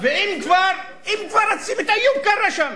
ואם כבר, אז שים את איוב קרא שם.